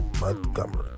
Montgomery